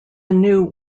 new